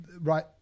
Right